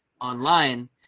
online